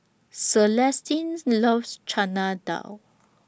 Celestine's loves Chana Dal